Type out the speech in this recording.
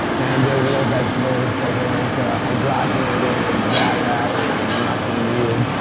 and they're real vegetables. they weren't hydrogenated or dried out or nothing weird.